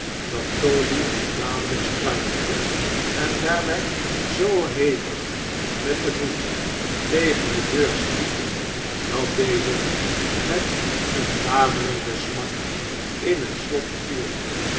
dat toby al dadelijk struikelde en daarbij zoo hevig met den voet tegen de deur stiet dat deze met een daverenden smak in het slot viel